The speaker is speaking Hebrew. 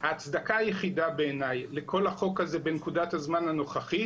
ההצדקה היחידה בעיניי לכל החוק הזה בנקודת הזמן הנוכחית